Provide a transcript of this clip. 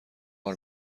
بار